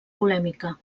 polèmica